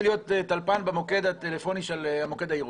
להיות טלפן במוקד הטלפוני של המוקד העירוני.